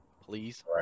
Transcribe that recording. Please